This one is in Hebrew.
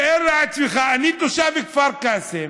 תאר לעצמך, אני תושב כפר קאסם,